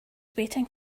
waiting